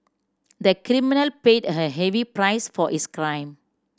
the criminal paid a heavy price for his crime